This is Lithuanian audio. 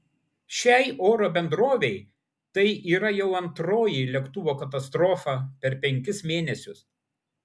šiai oro bendrovei tai yra jau antroji lėktuvo katastrofa per penkis mėnesius